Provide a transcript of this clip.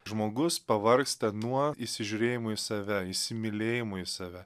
žmogus pavargsta nuo įsižiūrėjimo į save įsimylėjimo į save